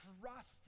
trust